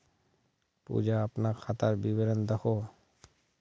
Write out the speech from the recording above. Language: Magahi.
पूजा अपना खातार विवरण दखोह